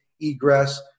egress